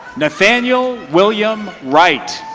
nathaniel william wright.